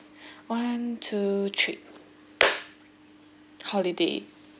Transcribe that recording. one two three holiday